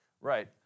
Right